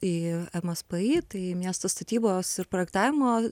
į mspi tai miesto statybos ir projektavimo